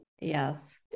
Yes